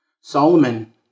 Solomon